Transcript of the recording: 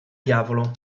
diavolo